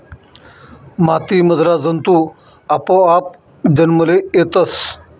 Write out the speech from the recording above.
माती मधला जंतु आपोआप जन्मले येतस